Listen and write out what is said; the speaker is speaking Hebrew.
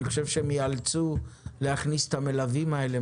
אני חושב שהם ייאלצו להכניס את המלווים האלה.